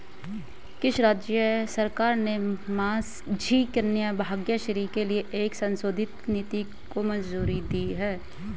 किस राज्य सरकार ने माझी कन्या भाग्यश्री के लिए एक संशोधित नीति को मंजूरी दी है?